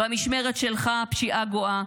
במשמרת שלך הפשיעה גואה,